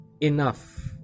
enough